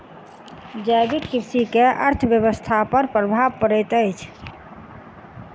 जैविक कृषि के अर्थव्यवस्था पर प्रभाव पड़ैत अछि